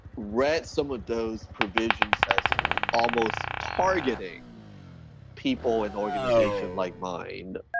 read some of those provisions as almost targeting people, an organization like mine?